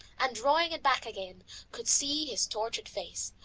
and drawing it back again could see his tortured face,